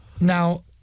Now